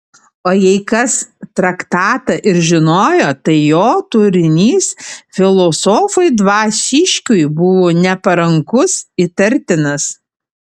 o jei kas traktatą ir žinojo tai jo turinys filosofui dvasiškiui buvo neparankus įtartinas